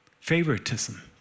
Favoritism